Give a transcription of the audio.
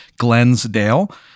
glensdale